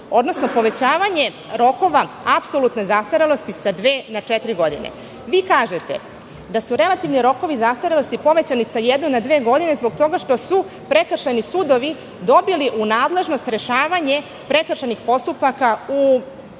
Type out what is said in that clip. odnosno povećavanje rokova apsolutne zastarelosti sa dve na četiri godine. Vi kažete da su relativni rokovi zastarelosti povećani sa jedne na dve godine zbog toga što su prekršajni sudovi dobili u nadležnost rešavanje prekršajnih postupaka u